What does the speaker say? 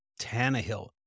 Tannehill